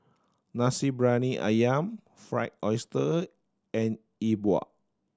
Nasi Briyani Ayam Fried Oyster and Yi Bua